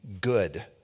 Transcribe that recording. good